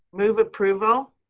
move approval.